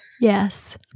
Yes